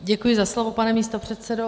Děkuji za slovo, pane místopředsedo.